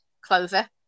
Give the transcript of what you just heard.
Clover